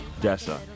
Dessa